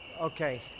Okay